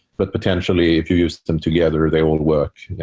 but potentially if you used them together, they would work.